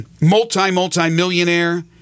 multi-multi-millionaire